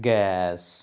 gas